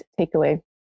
takeaway